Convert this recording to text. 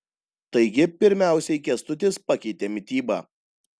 taigi pirmiausiai kęstutis pakeitė mitybą